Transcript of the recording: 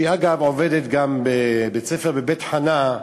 שעובדת, אגב, גם בבית-ספר בית-חנה,